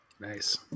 Nice